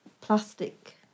plastic